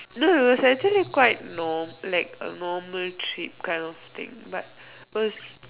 no it was actually quite norm like a normal trip kind of thing but was